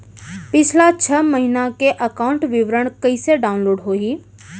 पिछला छः महीना के एकाउंट विवरण कइसे डाऊनलोड होही?